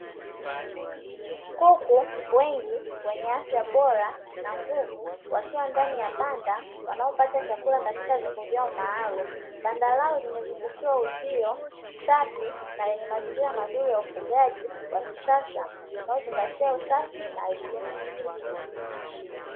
Kuku wengi wenye afya bora na nguvu wakiwa ndani ya banda wanaopata chakula katika vyombo vyao maalumu, banda lao limezungushiwa Uzio safi na lenye mazingira mazuri ya ufugaji wa kisasa unaozingatia usafi na lishe.